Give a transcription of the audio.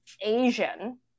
asian